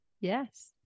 Yes